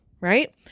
right